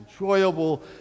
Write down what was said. enjoyable